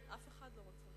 אף אחד לא רוצה.